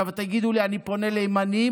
עכשיו תגידו לי שאני פונה לימנים,